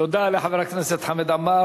תודה לחבר הכנסת חמד עמאר.